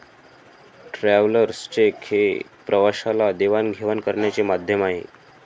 travellers cheque हे प्रवाशाला देवाणघेवाण करण्याचे माध्यम आहे